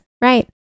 right